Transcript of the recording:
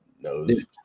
knows